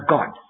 God